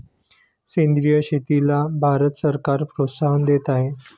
सेंद्रिय शेतीला भारत सरकार प्रोत्साहन देत आहे